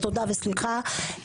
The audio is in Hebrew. תודה וסליחה.